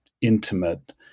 intimate